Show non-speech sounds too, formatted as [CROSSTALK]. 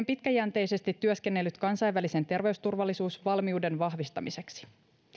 [UNINTELLIGIBLE] pitkäjänteisesti työskennellyt kansainvälisen terveysturvallisuusvalmiuden vahvistamiseksi